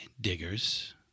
diggers